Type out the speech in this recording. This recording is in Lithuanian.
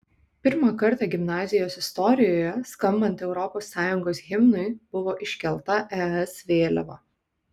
pirmą kartą gimnazijos istorijoje skambant europos sąjungos himnui buvo iškelta es vėliava